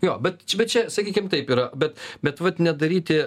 jo bet čia sakykim taip yra bet bet vat nedaryti